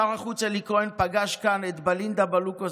שר החוץ אלי כהן פגש כאן את בלינדה באלוקו,